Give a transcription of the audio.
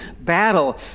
battle